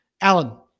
Alan